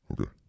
okay